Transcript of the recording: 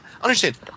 Understand